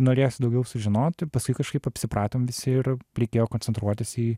norėjosi daugiau sužinoti paskui kažkaip apsipratom visi ir reikėjo koncentruotis į